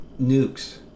nukes